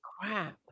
crap